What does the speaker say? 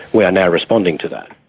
we are now responding to that.